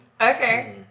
Okay